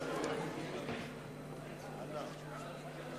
חוק להגנה על עדים (תיקון מס'